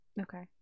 Okay